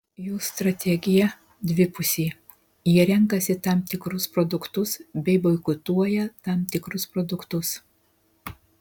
jų strategija dvipusė jie renkasi tam tikrus produktus bei boikotuoja tam tikrus produktus